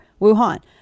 Wuhan